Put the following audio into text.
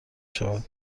شود